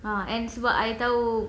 ah and sebab I tahu